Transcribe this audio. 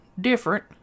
different